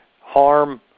harm